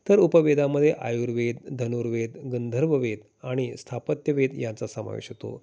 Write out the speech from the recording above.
तर उपवेदामध्ये आयुर्वेद धनुर्वेद गंधर्व वेद आणि स्थापत्य वेद याचा समावेश होतो